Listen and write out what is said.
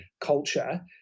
culture